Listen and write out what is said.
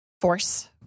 force